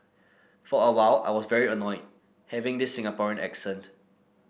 for a while I was very annoyed having this Singaporean accent